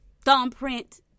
thumbprint